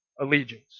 allegiance